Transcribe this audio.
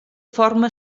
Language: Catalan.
forma